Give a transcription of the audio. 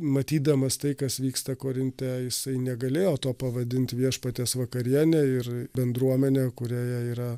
matydamas tai kas vyksta korinte jisai negalėjo to pavadint viešpaties vakariene ir bendruomene kurioje yra